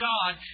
God